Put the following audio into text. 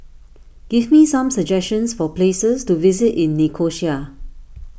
give me some suggestions for places to visit in Nicosia